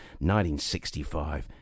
1965